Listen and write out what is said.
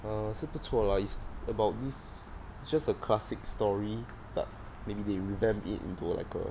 err 是不错 lah it's about this it's just a classic story but maybe they revamp it into like a